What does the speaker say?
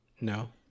No